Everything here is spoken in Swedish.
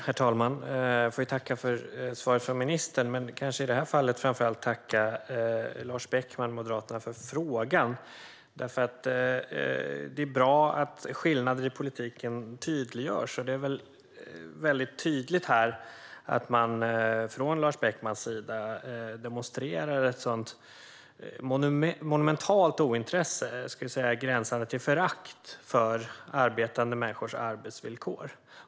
Herr talman! Jag får tacka för svaret från ministern. I detta fall kanske jag dock framför allt får tacka Lars Beckman, Moderaterna, för frågan. Det är bra att skillnader i politiken tydliggörs. Lars Beckman demonstrerar här på ett väldigt tydligt sätt ett monumentalt ointresse, gränsande till förakt, för arbetande människors arbetsvillkor.